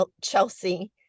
Chelsea